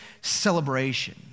celebration